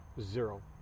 Zero